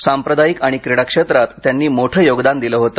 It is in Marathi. सांप्रदायिक आणि क्रीडा क्षेत्रात त्यांनी मोठं योगदान दिलं होत